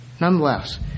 Nonetheless